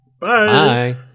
Bye